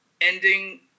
ending